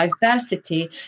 diversity